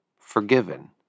forgiven